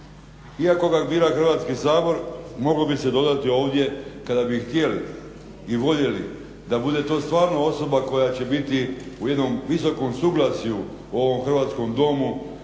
Iako ga bira Hrvatski sabor moglo bi se dodati ovdje kada bi htjeli i voljeli da bude to stvarno osoba koja će biti u jednom visokom suglasju u ovom hrvatskom Domu